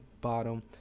bottom